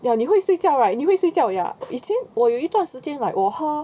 ya 你会睡觉 right 你会睡觉 ya 以前我有一段时间 like 我喝